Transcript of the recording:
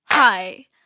Hi